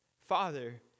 Father